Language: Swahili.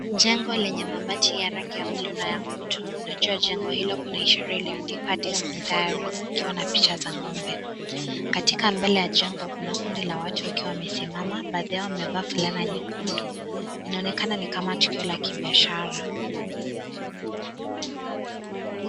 Jengo lenye mabati ya rangi ya buluu na ya kutu, ndani ya jengo hilo kuna ishara iliyoandikwa destiny dairies ikiwa na picha za ng'ombe katika mbele ya jengo, kuna kundi la watu wakiwa wamesimama baadhi yao wamevaa fulana nyekundu inaonekana nikama tukio la Biashara.